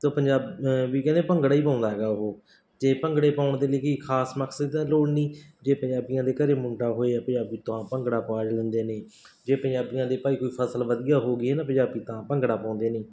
ਤਾਂ ਪੰਜਾਬ ਵੀ ਕਹਿੰਦੇ ਭੰਗੜਾ ਹੀ ਪਾਉਂਦਾ ਹੈਗਾ ਉਹ ਜੇ ਭੰਗੜੇ ਪਾਉਣ ਦੇ ਲਈ ਕੀ ਖਾਸ ਮਕਸਦ ਦੀ ਤਾਂ ਲੋੜ ਨਹੀਂ ਜੇ ਪੰਜਾਬੀਆਂ ਦੇ ਘਰੇ ਮੁੰਡਾ ਹੋਇਆ ਪੰਜਾਬੀ ਤਾਂ ਭੰਗੜਾ ਪਾ ਲੈਂਦੇ ਨੇ ਜੇ ਪੰਜਾਬੀਆਂ ਦੇ ਭਾਈ ਕੋਈ ਫਸਲ ਵਧੀਆ ਹੋ ਗਈ ਹੈ ਨਾ ਪੰਜਾਬੀ ਤਾਂ ਭੰਗੜਾ ਪਾਉਂਦੇ ਨੇ